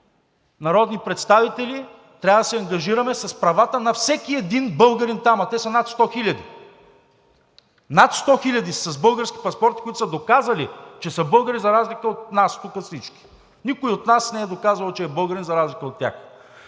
народни представители трябва да се ангажираме с правата на всеки един българин там, а те са над 100 хиляди! Над 100 хиляди са с български паспорти, които са доказали, че са българи, за разлика от нас тук – всички. Никой от нас не е доказал, че е българин, за разлика от тях.